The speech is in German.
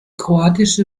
kroatische